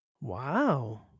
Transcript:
Wow